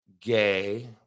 gay